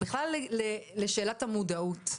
בכלל לשאלת המודעות.